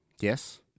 Yes